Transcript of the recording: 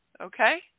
Okay